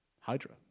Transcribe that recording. Hydra